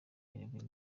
uruguay